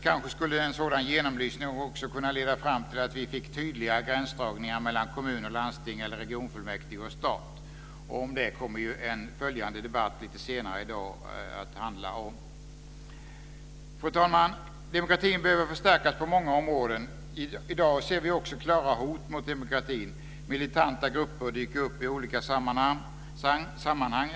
Kanske skulle en sådan genomlysning också kunna leda fram till att vi fick tydligare gränsdragningar mellan kommuner, landsting eller regionfullmäktige och stat. Detta kommer en följande debatt lite senare i dag att handla om. Fru talman! Demokratin behöver förstärkas på många områden. I dag ser vi också klara hot mot demokratin. Militanta grupper dyker upp i olika sammanhang.